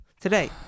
today